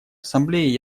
ассамблеи